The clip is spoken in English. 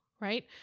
right